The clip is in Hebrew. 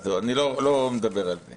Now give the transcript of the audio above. קרו המון דברים מאז 2016